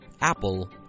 Apple